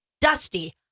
Dusty